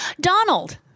Donald